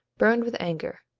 burned with anger.